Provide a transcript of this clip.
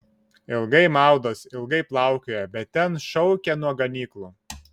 ilgai maudos ilgai plaukioja bet ten šaukia nuo ganyklų